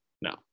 No